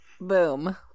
Boom